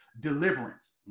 deliverance